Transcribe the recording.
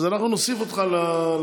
אז אנחנו נוסיף אותך להצבעה.